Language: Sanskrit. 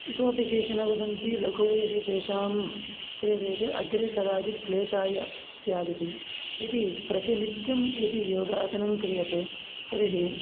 इतोपि केचन वदन्ति लघुवयसि तेषां क्रियते चेत् अग्रे कदाचित् क्लेशाय स्यादिति यदि प्रतिनित्यं यदि योगासनं क्रियते तर्हि